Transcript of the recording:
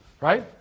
Right